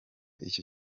icyo